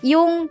Yung